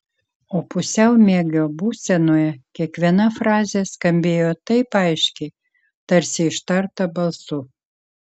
o pusiaumiegio būsenoje kiekviena frazė skambėjo taip aiškiai tarsi ištarta balsu